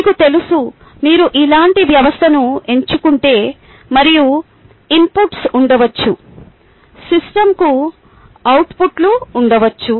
మీకు తెలుసు మీరు ఇలాంటి వ్యవస్థను ఎంచుకుంటే మరియు ఇన్పుట్లుఇంపుట్స్ ఉండవచ్చు సిస్టమ్కుసిస్టమ్ అవుట్పుట్లు ఉండవచ్చు